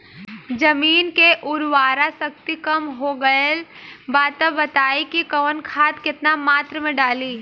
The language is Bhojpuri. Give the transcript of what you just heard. जमीन के उर्वारा शक्ति कम हो गेल बा तऽ बताईं कि कवन खाद केतना मत्रा में डालि?